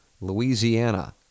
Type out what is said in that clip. Louisiana